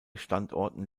standorten